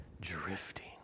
drifting